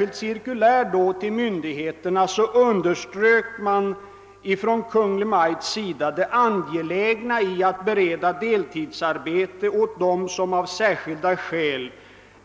I cirkuläret har Kungl. Maj:t understrukit det angelägna i att bereda deltidsarbete åt dem som av särskilda skäl